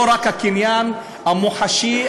לא רק הקניין המוחשי,